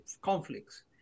conflicts